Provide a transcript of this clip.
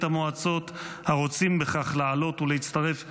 המועצות הרוצים בכך לעלות ולהצטרף אלינו,